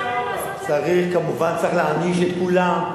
שר המשפטים אומר, כמובן צריך להעניש את כולם.